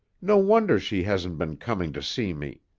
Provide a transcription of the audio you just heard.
no wonder she hasn't been coming to see me!